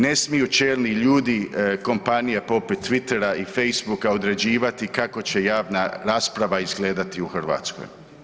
Ne smiju čelni ljudi kompanija poput Twittera i Facebooka određivati kako će javna rasprava izgledati u Hrvatskoj.